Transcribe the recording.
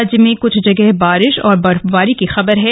राज्य में कुछ जगह बारिश और बर्फबारी की खबर है